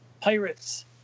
Pirates